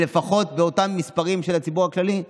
לפחות באותם מספרים של הציבור הכללי?